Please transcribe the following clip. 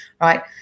right